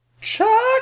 Chuck